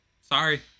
Sorry